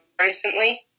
recently